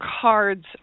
cards